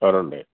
ఎవరండీ